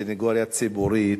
סניגוריה ציבורית.